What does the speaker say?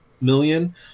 million